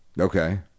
Okay